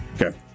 Okay